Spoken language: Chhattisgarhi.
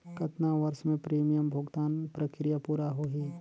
कतना वर्ष मे प्रीमियम भुगतान प्रक्रिया पूरा होही?